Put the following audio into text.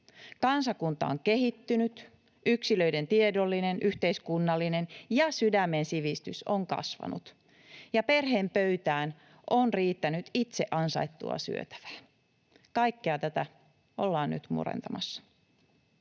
Kansakunta on kehittynyt, yksilöiden tiedollinen, yhteiskunnallinen ja sydämen sivistys on kasvanut, ja perheen pöytään on riittänyt itse ansaittua syötävää. Kaikkea tätä ollaan nyt murentamassa.